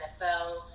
nfl